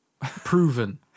proven